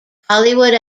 hollywood